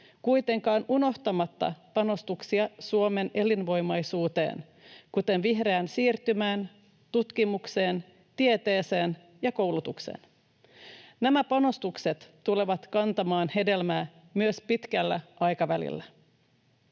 kuitenkaan unohtamatta panostuksia Suomen elinvoimaisuuteen, kuten vihreään siirtymään, tutkimukseen, tieteeseen ja koulutukseen. Nämä panostukset tulevat kantamaan hedelmää myös pitkällä aikavälillä.